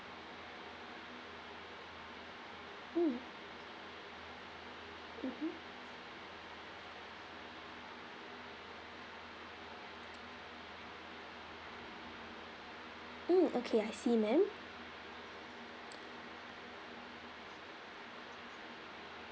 mm mmhmm mm okay I see ma'am